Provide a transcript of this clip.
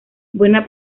buena